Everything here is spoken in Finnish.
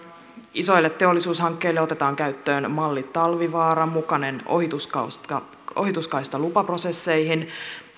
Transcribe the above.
isoille teollisuushankkeille otetaan käyttöön talvivaaran mukainen ohituskaista ohituskaista lupaprosesseihin